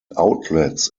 outlets